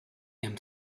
him